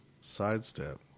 sidestep